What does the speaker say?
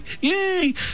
yay